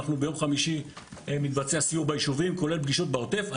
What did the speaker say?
ביום חמישי מתבצע סיור ביישובים כולל פגישות בעוטף.